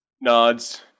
nods